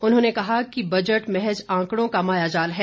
उन्होंने कहा कि बजट महज आंकड़ों का मायाजाल है